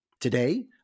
Today